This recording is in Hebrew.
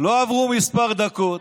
לא עברו כמה דקות